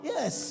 Yes